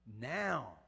Now